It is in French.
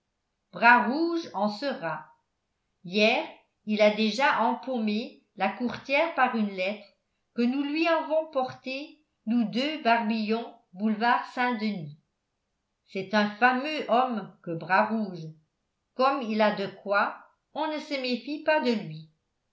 bras rouge en sera hier il a déjà empaumé la courtière par une lettre que nous lui avons portée nous deux barbillon boulevard saint-denis c'est un fameux homme que bras rouge comme il a de quoi on ne se méfie pas de lui